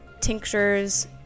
tinctures